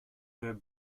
her